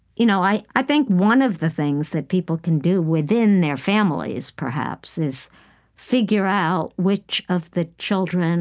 you know i i think one of the things that people can do within their families, perhaps, is figure out which of the children